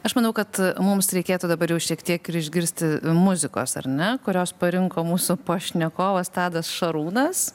aš manau kad mums reikėtų dabar jau šiek tiek ir išgirsti muzikos ar ne kurios parinko mūsų pašnekovas tadas šarūnas